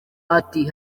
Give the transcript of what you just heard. ati